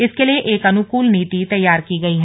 इसके लिये एक अनुकूल नीति तैयार की गई है